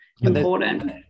important